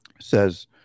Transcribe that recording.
says